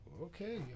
Okay